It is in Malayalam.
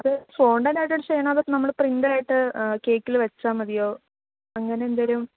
അത് ൻ്റായിട്ട് ചെയ്യണോ അതോ നമ്മള് പ്രിൻ്റഡായിട്ട് കേക്കില് വച്ചാല് മതിയോ അങ്ങനെ എന്തേലും